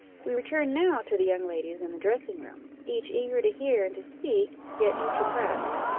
we return now to the young ladies in the dressing-room, each eager to hear and to speak, yet each oppressed,